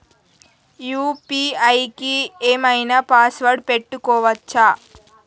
UPI కి ఏం ఐనా పాస్వర్డ్ పెట్టుకోవచ్చా?